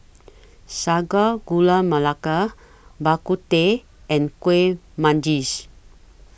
Sago Gula Melaka Bak Kut Teh and Kuih Manggis